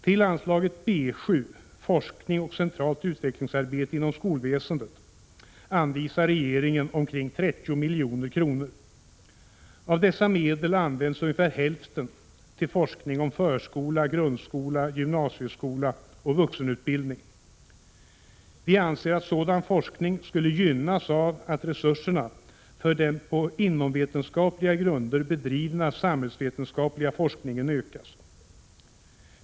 Till anslaget B 7, Forskning och centralt utvecklingsarbete inom skolväsendet, anvisar regeringen omkring 30 milj.kr. Av dessa medel används ungefär hälften till forskning om förskola, grundskola, gymnasieskola och vuxenutbildning. Vi anser att sådan forskning skulle gynnas av att resurserna för den på inomvetenskapliga grunder bedrivna samhällsvetenskapliga forskningen ökas.